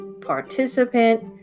participant